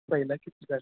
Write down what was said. पहिला